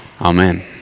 Amen